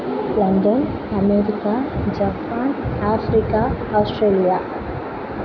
London America Japan Africa Australia